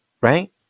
Right